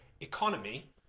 economy